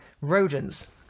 rodents